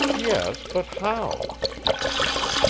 yes, but how? she persisted.